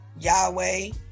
Yahweh